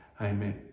Amen